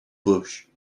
bush